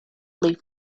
leaf